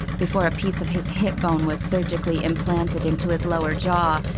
before a piece of his hip bone was surgically implanted into his lower jaw,